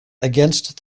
against